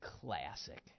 Classic